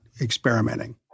experimenting